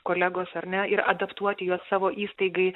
kolegos ar ne ir adaptuoti juos savo įstaigai